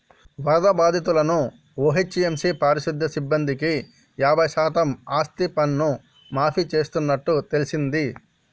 వరద బాధితులను ఓ.హెచ్.ఎం.సి పారిశుద్య సిబ్బందికి యాబై శాతం ఆస్తిపన్ను మాఫీ చేస్తున్నట్టు తెల్సింది